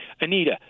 Anita